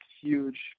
huge